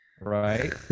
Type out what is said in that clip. right